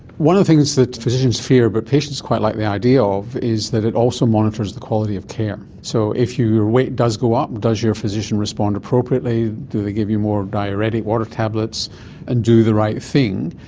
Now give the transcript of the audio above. one of the things that physicians fear but patients quite like the idea of is that it also monitors the quality of care. so if your weight does go up, does your physician respond appropriately, do they give you more diuretic water tablets and do the right thing?